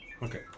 Okay